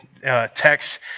text